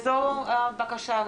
וזו הבקשה,